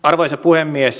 arvoisa puhemies